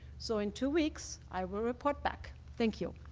so in two weeks i will report back. thank you.